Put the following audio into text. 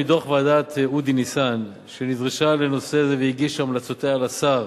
מדוח ועדת-ניסן שנדרשה לנושא זה והגישה המלצותיה לשר